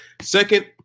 Second